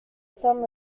some